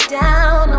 down